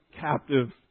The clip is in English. captive